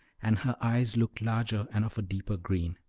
and her eyes looked larger, and of a deeper green.